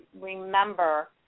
remember